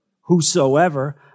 whosoever